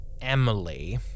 Emily